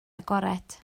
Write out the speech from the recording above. agored